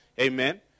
Amen